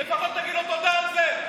לפחות תגיד לו תודה על זה.